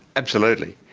absolutely,